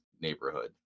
neighborhood